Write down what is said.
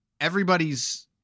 everybody's